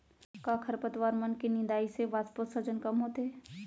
का खरपतवार मन के निंदाई से वाष्पोत्सर्जन कम होथे?